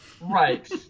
Right